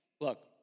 Look